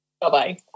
Bye-bye